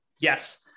Yes